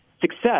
success